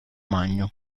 magno